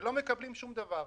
ולא מקבלים שום דבר.